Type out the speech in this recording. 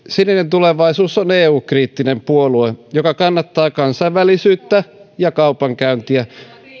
sininen tulevaisuus on eu kriittinen puolue joka kannattaa kansainvälisyyttä ja kaupankäyntiä